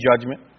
judgment